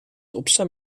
opstaan